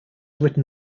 written